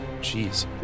jeez